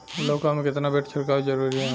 लउका में केतना बेर छिड़काव जरूरी ह?